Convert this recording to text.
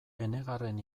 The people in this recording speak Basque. enegarren